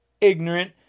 ignorant